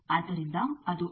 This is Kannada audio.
ಆದ್ದರಿಂದ ಅದು ಇದೆ